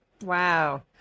wow